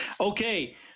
Okay